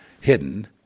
hidden